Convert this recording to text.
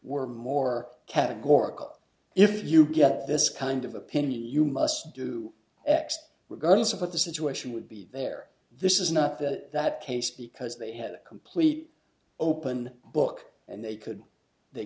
were more categorical if you get this kind of opinion you must do x regardless of what the situation would be there this is not that that case because they had complete open book and they could they